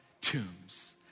tombs